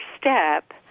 step